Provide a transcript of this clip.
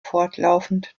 fortlaufend